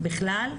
בכלל?